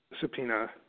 subpoena